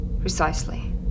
Precisely